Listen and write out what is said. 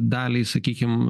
daliai sakykim